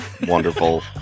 wonderful